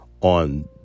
on